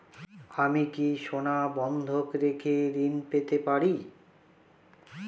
আমি কি সোনা বন্ধক রেখে ঋণ পেতে পারি?